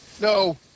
No